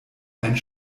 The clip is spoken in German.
einen